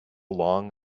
long